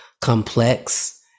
complex